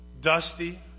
Dusty